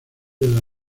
del